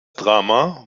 drama